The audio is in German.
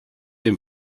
den